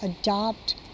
adopt